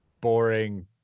boring